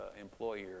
employer